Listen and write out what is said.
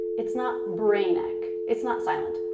it's not brain eck. it's not silent.